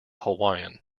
hawaiian